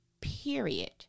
Period